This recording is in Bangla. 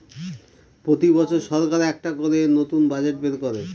প্রতি বছর সরকার একটা করে নতুন বাজেট বের করে